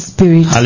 Spirit